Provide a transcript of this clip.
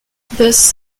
thus